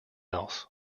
else